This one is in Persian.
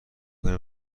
کنیم